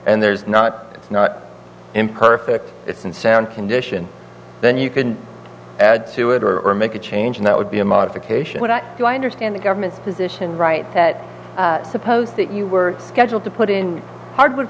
and there's not it's not imperfect it's unsound condition then you can add to it or make a change and that would be a modification what do i understand the government's position right that suppose that you were scheduled to put in hardwood